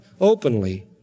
openly